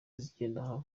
icyenda